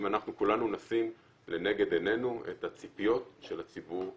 אם אנחנו כולנו נשים לנגד עינינו את הציפיות של הציבור מאיתנו.